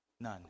None